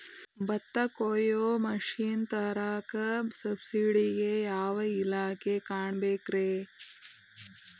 ಭತ್ತ ಕೊಯ್ಯ ಮಿಷನ್ ತರಾಕ ಸಬ್ಸಿಡಿಗೆ ಯಾವ ಇಲಾಖೆ ಕಾಣಬೇಕ್ರೇ?